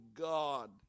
God